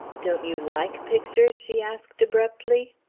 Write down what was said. don't you like pictures? she asked abruptly.